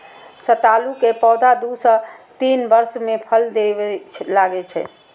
सतालू के पौधा दू सं तीन वर्ष मे फल देबय लागै छै